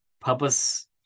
purpose